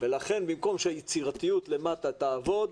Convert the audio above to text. ולכן במקום שיצירתיות למטה תעבוד,